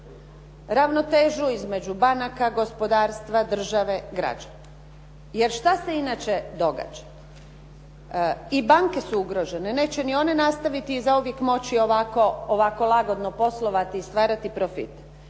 Ravnotežu između banaka, gospodarstva, države, građana. Jer šta se inače događa? I banke su ugrožene, neće ni one nastaviti i zauvijek moći ovako, ovako lagodno poslovati i stvarati profit.